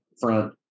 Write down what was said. front